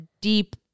deep